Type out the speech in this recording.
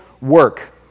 work